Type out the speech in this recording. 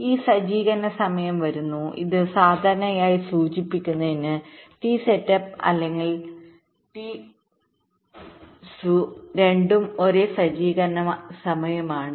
ഈ സജ്ജീകരണ സമയം വരുന്നു ഇത് സാധാരണയായി സൂചിപ്പിക്കുന്നത് ടി സെറ്റപ്പ് അല്ലെങ്കിൽ ടി സുരണ്ടും ഒരേ സജ്ജീകരണ സമയമാണ്